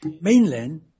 mainland